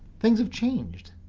things have changed.